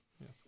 Yes